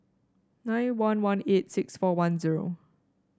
nine one one eight six four one zero